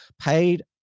paid